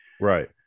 Right